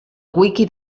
wiki